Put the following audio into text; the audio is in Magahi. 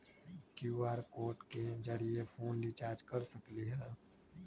कियु.आर कोड के जरिय फोन रिचार्ज कर सकली ह?